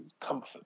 comfort